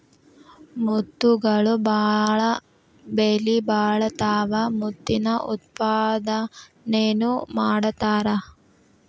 ಮುತ್ತುಗಳು ಬಾಳ ಬೆಲಿಬಾಳತಾವ ಮುತ್ತಿನ ಉತ್ಪಾದನೆನು ಮಾಡತಾರ